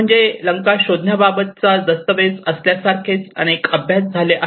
म्हणजे लंका शोधण्याबाबत दस्तऐवज असल्यासारखे अनेक अभ्यास झाले आहेत